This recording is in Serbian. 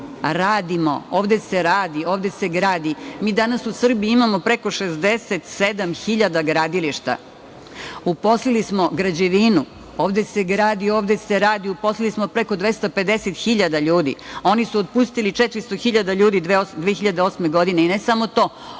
Radimo. Ovde se radi, ovde se gradi. Mi danas u Srbiji imamo preko 67 hiljada gradilišta. Uposlili smo građevinu. Ovde se gradi, ovde se radi. Uposlili smo preko 250 hiljada ljudi, a oni su otpustili 400 hiljada ljudi 2008. godine. I ne samo to,